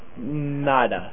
Nada